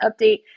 update